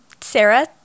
Sarah